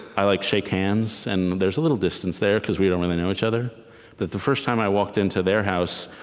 i like shake hands, and there's a little distance there because we don't really know each other. the the first time i walked into their house,